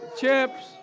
chips